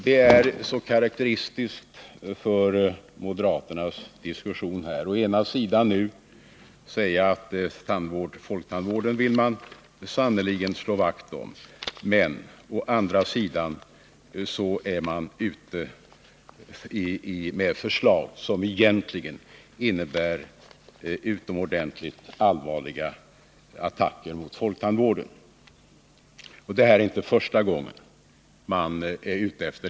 Det är karakteristiskt för moderaternas inställning att de å ena sidan säger att de sannerligen vill slå vakt om folktandvården men å andra sidan är ute med förslag som i verkligheten innebär utomordentligt allvarliga attacker mot folktandvården.